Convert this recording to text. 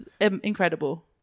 incredible